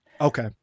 Okay